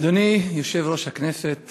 אדוני יושב-ראש הכנסת